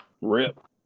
RIP